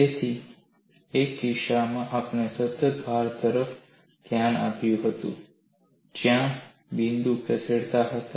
તેથી એક કિસ્સામાં આપણે સતત ભાર તરફ ધ્યાન આપ્યું હતું જ્યાં બિંદુ ખસેડતા હતા